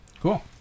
Cool